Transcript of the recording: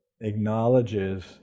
acknowledges